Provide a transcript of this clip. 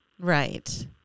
Right